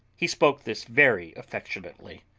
he spoke this very affectionately,